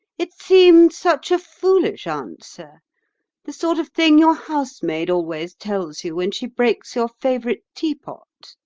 it seemed such a foolish answer the sort of thing your housemaid always tells you when she breaks your favourite teapot.